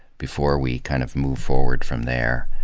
before we kind of move forward from there.